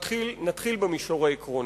נתחיל במישור העקרוני: